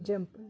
jump